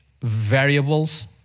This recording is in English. variables